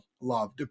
love